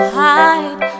hide